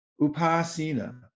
Upasina